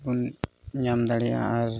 ᱵᱚᱞᱮ ᱧᱟᱢ ᱫᱟᱲᱮᱭᱟᱜᱼᱟ ᱟᱨ